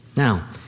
Now